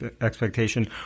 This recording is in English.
expectation